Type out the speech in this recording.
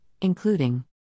including